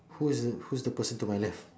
who's the who's the person to my left